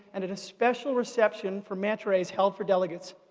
and at a special reception for manta rays held for delegates,